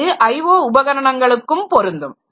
இது IO உபகரணங்களுக்கும் பொருந்தும்